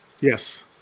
Yes